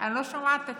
אני לא שומעת את עצמי,